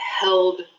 held